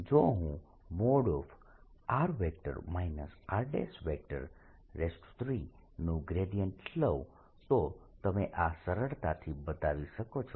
જો હું r r3નું ગ્રેડીયન્ટ લઉ તો તમે આ સરળતાથી બતાવી શકો છો